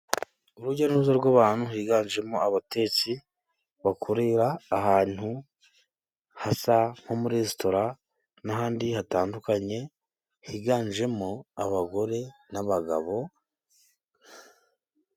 Urujya n'uruza rw'abantu higanjemo abatetsi bakorera ahantu hasa nko muri resitora, n'ahandi hatandukanye higanjemo abagore n'abagabo.